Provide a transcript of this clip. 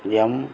M